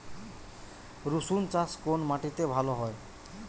রুসুন চাষ কোন মাটিতে ভালো হয়?